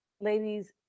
ladies